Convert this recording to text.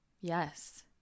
Yes